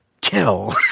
Kill